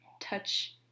touch